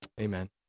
amen